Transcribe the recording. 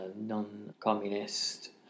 non-communist